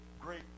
great